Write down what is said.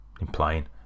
implying